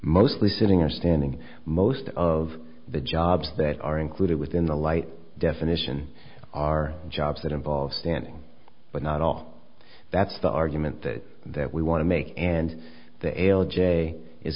mostly sitting or standing most of the jobs that are included within the light definition are jobs that involve standing but not all that's the argument that we want to make and the ala jay is